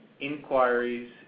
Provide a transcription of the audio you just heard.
inquiries